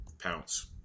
Pounce